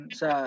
sa